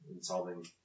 solving